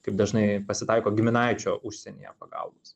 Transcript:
kaip dažnai pasitaiko giminaičio užsienyje pagalbos